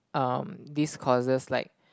um this causes like